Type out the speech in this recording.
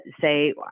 say